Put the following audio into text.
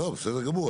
בסדר גמור.